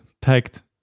packed